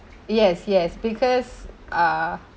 yes yes because uh